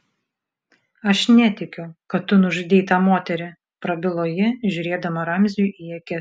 aš netikiu kad tu nužudei tą moterį prabilo ji žiūrėdama ramziui į akis